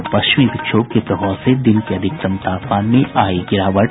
और पश्चिमी विक्षोभ के प्रभाव से दिन के अधिकतम तापमान में आई गिरावट